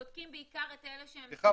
בודקים בעיקר את אלה שהם סימפטומטיים.